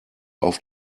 auf